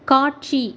காட்சி